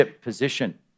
position